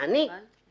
ואילו אני,